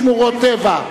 שמורות טבע,